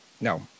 No